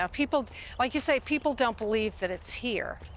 ah people like you say, people don't believe that it's here.